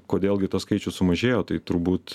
kodėl gi tas skaičius sumažėjo tai turbūt